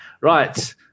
Right